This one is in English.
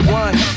one